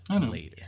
later